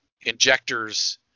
injectors